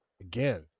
again